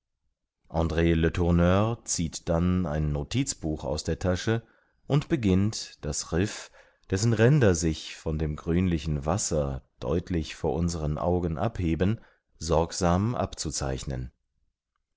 andr letourneur zieht dann ein notizbuch aus der tasche und beginnt das riff dessen ränder sich von dem grünlichen wasser deutlich vor unseren augen abheben sorgsam abzuzeichnen